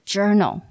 Journal